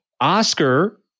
Oscar